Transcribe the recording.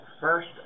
First